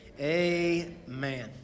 amen